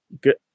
good